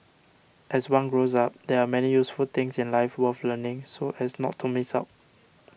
as one grows up there are many useful things in life worth learning so as not to miss out